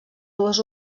dues